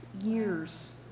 years